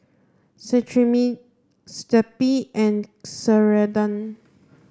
Cetrimide Zappy and Ceradan